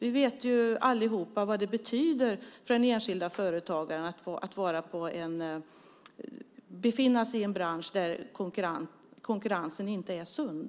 Vi vet ju allihop vad det betyder för den enskilde företagaren att befinna sig i en bransch där konkurrensen inte är sund.